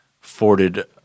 forded